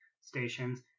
stations